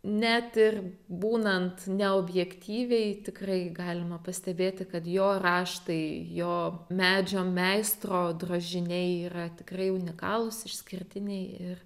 net ir būnant neobjektyviai tikrai galima pastebėti kad jo raštai jo medžio meistro drožiniai yra tikrai unikalūs išskirtiniai ir